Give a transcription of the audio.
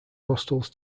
hostels